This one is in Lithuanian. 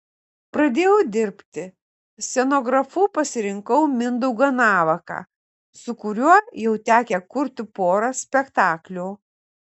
pradėjau dirbti scenografu pasirinkau mindaugą navaką su kuriuo jau tekę kurti porą spektaklių